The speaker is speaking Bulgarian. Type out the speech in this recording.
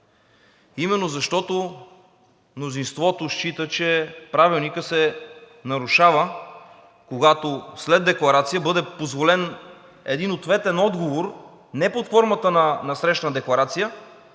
именно защото мнозинството счита, че Правилникът се нарушава, когато след декларация бъде позволен един ответен отговор не под формата на насрещна декларация,